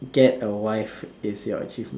get a wife is your achievement